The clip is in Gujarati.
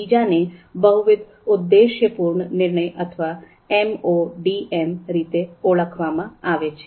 બીજાને બહુવિધ ઉદ્દેશ્યપૂર્ણ નિર્ણય અથવા એમઓડીએમ રીતે ઓળખવામાં આવે છે